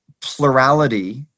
plurality